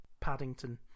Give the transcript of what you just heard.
Paddington